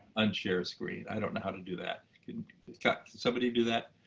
un-share screen. i don't know how to do that. can can somebody do that?